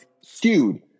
skewed